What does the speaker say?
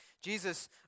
Jesus